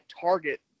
target